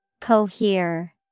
Cohere